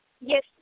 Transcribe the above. Yes